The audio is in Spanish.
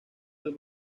del